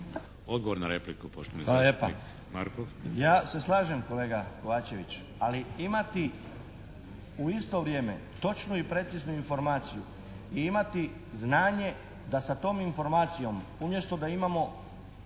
Hvala lijepo. Ja se slažem kolega Kovačević, ali imati u isto vrijeme točnu i preciznu informaciju i imati znanje da sa tom informacijom umjesto da imamo